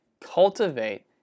Cultivate